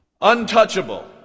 Untouchable